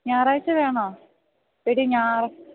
ഞായറാഴ്ച വേണോ എടി ഞാൻ